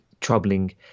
troubling